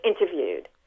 interviewed